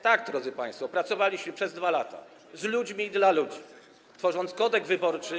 Tak, drodzy państwo, pracowaliśmy przez 2 lata z ludźmi i dla ludzi, tworząc Kodeks wyborczy.